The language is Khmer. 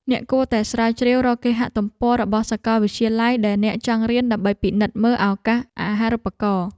អ្នកគួរតែស្រាវជ្រាវរកគេហទំព័ររបស់សាកលវិទ្យាល័យដែលអ្នកចង់រៀនដើម្បីពិនិត្យមើលឱកាសអាហារូបករណ៍។